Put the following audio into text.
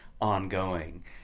ongoing